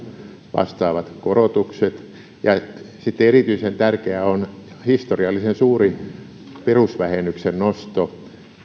vastaavat korotukset sitten erityisen tärkeää on historiallisen suuri perusvähennyksen nosto